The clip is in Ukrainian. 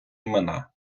імена